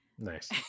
Nice